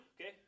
okay